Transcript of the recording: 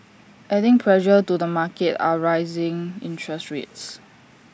adding pressure to the market are rising interest rates